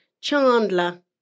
Chandler